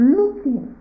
looking